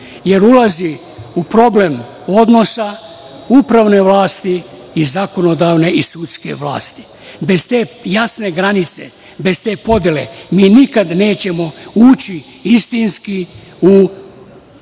jer ulazi u problem odnosa upravne vlasti i zakonodavne i sudske vlasti. Bez te jasne granice, bez te podele, mi nikad nećemo ući istinski u oblast